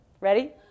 Ready